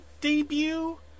debut